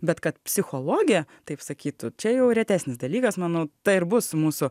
bet kad psichologė taip sakytų čia jau retesnis dalykas manau ta ir bus mūsų